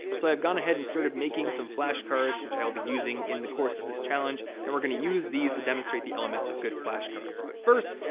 so i've gone ahead and started making some flashcards, which i will be using in the course of this challenge and we're gonna use these to demonstrate the elements of good flashcards. but first,